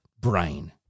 brain